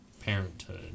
Parenthood